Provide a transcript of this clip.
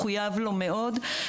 מחויב לו מאוד,